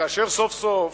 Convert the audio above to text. שכאשר סוף-סוף